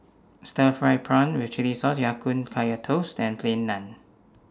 Stir Fried Prawn with Chili Sauce Ya Kun Kaya Toast and Plain Naan